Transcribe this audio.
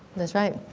that's right.